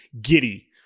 giddy